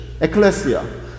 ecclesia